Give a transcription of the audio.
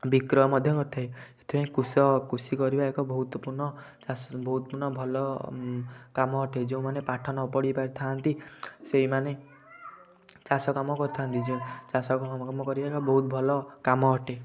ବିକ୍ରୟ ମଧ୍ୟ କରିଥାଏ ସେଥିପାଇଁ କୃଷକ କୃଷି କରିବା ଏକ ବହୁତପୂର୍ଣ୍ଣ ବହୁତପୂର୍ଣ୍ଣ ଭଲ କାମ ଅଟେ ଯେଉଁମାନେ ପାଠ ନପଢ଼ିପାରିଥାନ୍ତି ସେଇମାନେ ଚାଷ କାମ କରିଥାନ୍ତି ଚାଷ କାମ କରିବାଟା ବହୁତ ଭଲ କାମ ଅଟେ